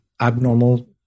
abnormal